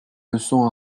leçon